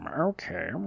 okay